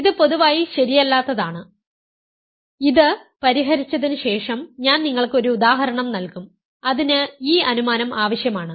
ഇത് പൊതുവായി ശരിയല്ലാത്തതാണ് ഇത് പരിഹരിച്ചതിന് ശേഷം ഞാൻ നിങ്ങൾക്ക് ഒരു ഉദാഹരണം നൽകും അതിന് ഈ അനുമാനം ആവശ്യമാണ്